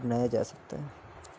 اپنایا جا سکتا ہے